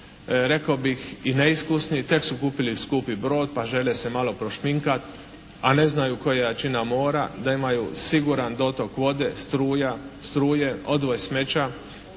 rekao bih i neiskusni. Tek su kupili skupi brod pa žele se malo prošminkati, a ne znaju koja je jačina mora. Da imaju siguran dotok vode, struja, struje, odvoz smeća